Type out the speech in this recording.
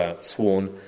sworn